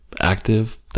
active